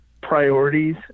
priorities